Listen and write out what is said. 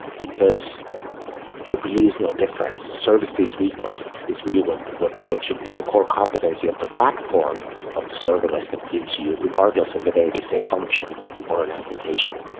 because there really is no difference. service these requests is really what what should be the core competency of the platform of the serverless that gives you regardless of whether it is a function or an application.